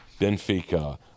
Benfica